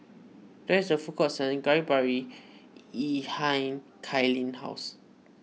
there is a food court selling Kari Babi Kailyn's house